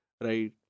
right